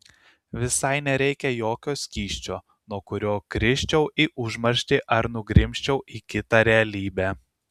visai nereikia jokio skysčio nuo kurio krisčiau į užmarštį ar nugrimzčiau į kitą realybę